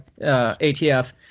ATF